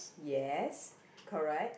yes correct